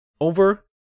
Over